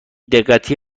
دقتی